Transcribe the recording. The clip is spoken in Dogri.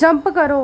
जंप करो